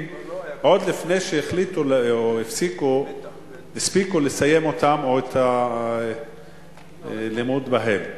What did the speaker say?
עוד לפני שהספיקו לסיים את הלימוד בהם.